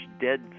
dead